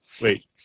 Wait